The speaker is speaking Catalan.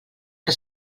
que